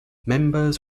members